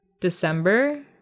December